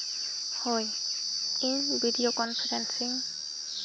ᱦᱳᱭ ᱤᱧ video conference ᱤᱧ